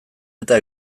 eta